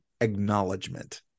acknowledgement